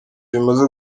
bimaze